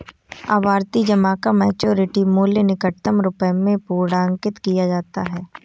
आवर्ती जमा का मैच्योरिटी मूल्य निकटतम रुपये में पूर्णांकित किया जाता है